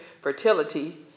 fertility